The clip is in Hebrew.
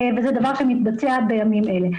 וזה דבר שמתבצע בימים אלה.